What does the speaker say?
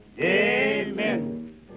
Amen